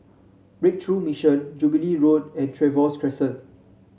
Breakthrough Mission Jubilee Road and Trevose Crescent